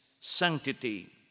sanctity